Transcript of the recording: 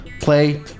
Play